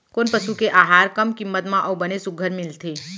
कोन पसु के आहार कम किम्मत म अऊ बने सुघ्घर मिलथे?